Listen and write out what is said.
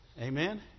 Amen